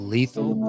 Lethal